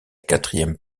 quatrième